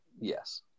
Yes